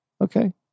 Okay